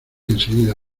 enseguida